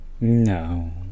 No